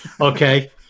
okay